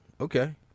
Okay